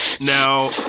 Now